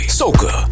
soca